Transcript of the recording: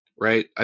right